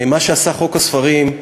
מה שעשה חוק הספרים,